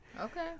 okay